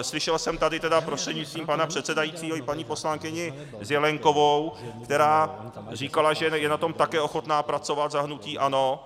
Slyšel jsem tady prostřednictvím pana předsedajícího paní poslankyni Zelenkovou, která říkala, že je na tom také ochotna pracovat za hnutí ANO.